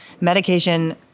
medication